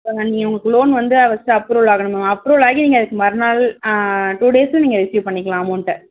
இப்போ நான் நீங்கள் உங்களுக்கு லோன் வந்து ஃபஸ்ட்டு அப்ரூவல் ஆகணும் மேம் அப்ரூவல் ஆகி நீங்கள் அதுக்கு மறுநாள் டூ டேஸில் நீங்கள் ரிஸீவ் பண்ணிக்கலாம் அமௌன்ட்டை